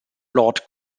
lord